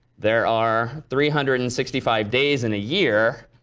there are three hundred and sixty five days in a year.